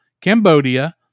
Cambodia